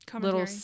little